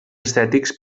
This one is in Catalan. estètics